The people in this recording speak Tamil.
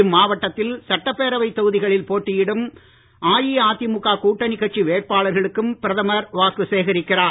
இம்மாவட்டத்தில் சட்டப்பேரவை தொகுதிகளில் போட்டியிடும் அஇஅதிமுக கூட்டணி கட்சி வேட்பாளர்களுக்கும் பிரதமர் வாக்கு சேகரிக்கிறார்